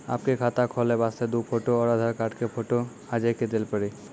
आपके खाते खोले वास्ते दु फोटो और आधार कार्ड के फोटो आजे के देल पड़ी?